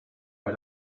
bei